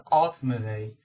ultimately